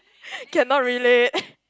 cannot relate